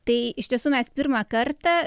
tai iš tiesų mes pirmą kartą